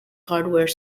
hardware